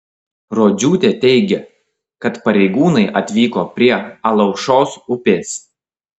rodžiūtė teigia kad pareigūnai atvyko prie alaušos upės